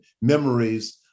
memories